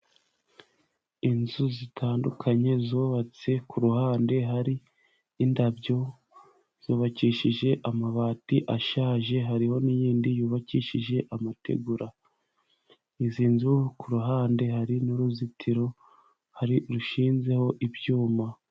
Inzu zitandukanye, zubatse kuruhande hari indabyo, zubakishije amabati ashaje, hariho n'iyindi yubakishije amategura, izi nzu kuruhande hari n'uruzitiro ruriho ibyuma.